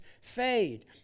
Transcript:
fade